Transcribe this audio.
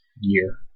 year